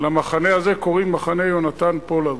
למחנה הזה קוראים מחנה יונתן פולארד.